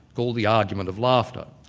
called the argument of laughter.